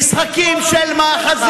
באופן גזעני, משחקים של מאחזים.